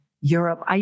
Europe